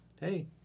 hey